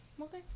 okay